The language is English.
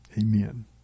Amen